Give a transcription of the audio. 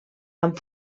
amb